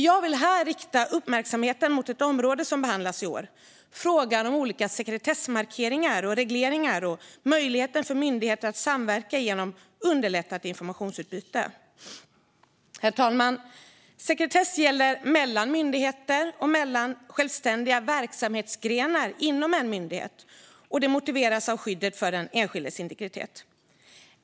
Jag vill här rikta uppmärksamheten mot ett område som behandlas i år, nämligen frågan om olika sekretessmarkeringar, regleringar och möjligheten för myndigheter att samverka genom underlättat informationsutbyte. Herr talman! Sekretess gäller mellan myndigheter och mellan självständiga verksamhetsgrenar inom en myndighet. Detta motiveras av skyddet för den enskildes integritet.